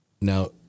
Now